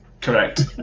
Correct